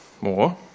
more